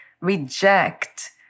reject